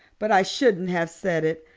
but i shouldn't have said it.